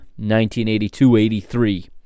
1982-83